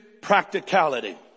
practicality